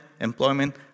employment